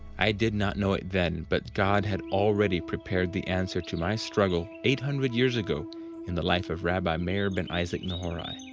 i did not know it then, but god had already prepared the answer to my struggle eight hundred years ago in the life of rabbi meir ben isaac nehorai.